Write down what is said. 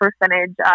percentage